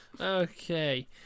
Okay